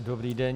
Dobrý den.